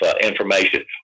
information